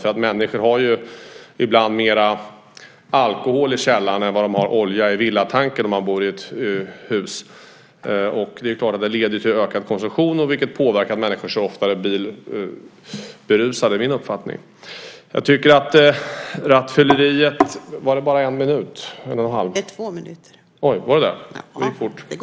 Människor som bor i eget hus har ibland mer alkohol i källaren än de har olja i villatanken. Det är klart att det leder till en ökad konsumtion, vilket påverkar människor att oftare köra bil berusade, enligt min uppfattning.